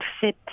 fit